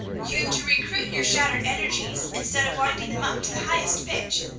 you've to recruit your shattered energies, instead of winding them up to the highest pitch.